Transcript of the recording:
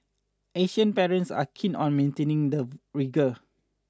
Asian parents are keen on maintaining the rigour